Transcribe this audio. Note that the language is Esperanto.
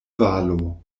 valo